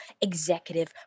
executive